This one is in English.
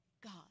God